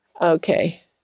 Okay